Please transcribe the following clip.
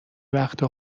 وقتها